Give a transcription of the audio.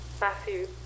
Matthew